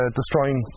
destroying